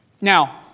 Now